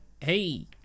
hey